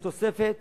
יש תוספת